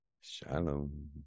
Shalom